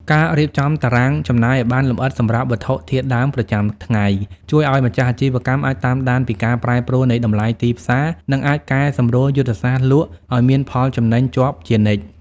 ការរៀបចំតារាងចំណាយឱ្យបានលម្អិតសម្រាប់វត្ថុធាតុដើមប្រចាំថ្ងៃ ជួយឱ្យម្ចាស់អាជីវកម្មអាចតាមដានពីការប្រែប្រួលនៃតម្លៃទីផ្សារ និងអាចកែសម្រួលយុទ្ធសាស្ត្រលក់ឱ្យមានផលចំណេញជាប់ជានិច្ច។